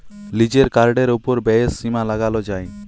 লিজের কার্ডের ওপর ব্যয়ের সীমা লাগাল যায়